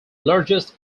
largest